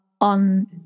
on